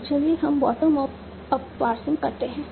तो चलिए हम बॉटम अप पार्सिंग करते हैं